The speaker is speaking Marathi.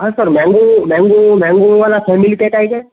हा सर मँंगो मँंगो मँंगोवाला फॅमिली पॅक आहे काय